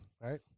right